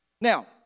Now